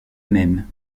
même